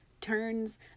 turns